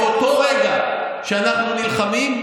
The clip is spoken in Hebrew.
באותו רגע שאנחנו נלחמים,